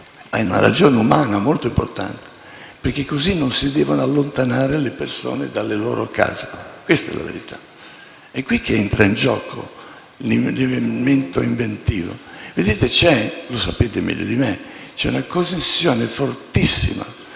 C'è una ragione umana, molto importante: in tal modo non si devono allontanare le persone dalle loro case. Questa è la verità ed è qui che entra in gioco l'elemento inventivo. Vedete - lo sapete meglio di me - c'è una connessione fortissima